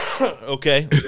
Okay